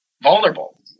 vulnerable